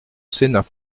sénat